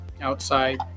outside